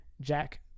Jack